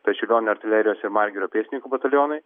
pečiulionio artilerijos ir margirio pėstininkų batalionai